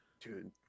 Dude